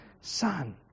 Son